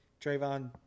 Trayvon